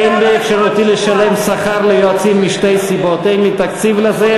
אין באפשרותי לשלם שכר ליועצים משתי סיבות: אין לי תקציב לזה,